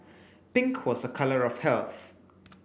pink was a colour of health